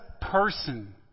person